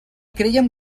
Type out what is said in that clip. creiem